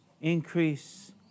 increase